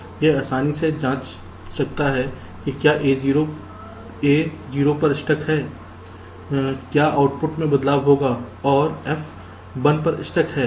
यहां हमें 1 कम की आवश्यकता है आप 0 1 1 1 0 1 1 1 देखें यह फाल्ट का पता लगाएगा A 0 पर स्टक है यह आसानी से जांच सकता है कि क्या A 0 पर स्टक है क्या आउटपुट में बदलाव होगा और F 1 पर स्टक है